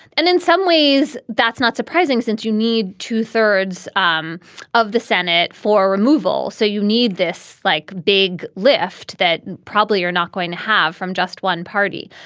and in some ways, that's not surprising since you need two thirds um of the senate for removal. so you need this like big lift that probably you're not going to have from just one party.